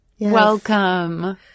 Welcome